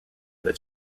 that